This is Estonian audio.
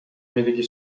midagi